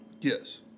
Yes